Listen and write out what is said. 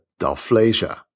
Dalflesia